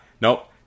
Nope